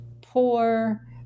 poor